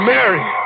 Mary